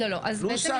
נוסח?